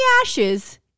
ashes